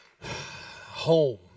home